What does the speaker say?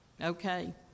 okay